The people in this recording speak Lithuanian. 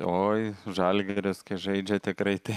oi žalgiris žaidžia tikrai ten